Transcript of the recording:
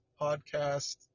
podcast